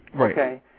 okay